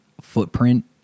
footprint